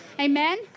Amen